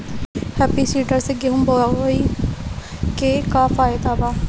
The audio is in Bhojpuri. हैप्पी सीडर से गेहूं बोआई के का फायदा बा?